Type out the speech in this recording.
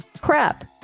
crap